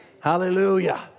Hallelujah